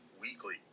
Weekly